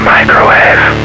Microwave